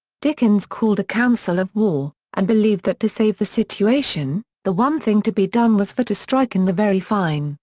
dickens called a council of war, and believed that to save the situation, the one thing to be done was for to strike in. the very fine,